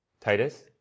Titus